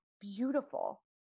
beautiful